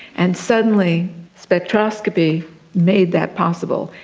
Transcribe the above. and suddenly spectroscopy made that possible,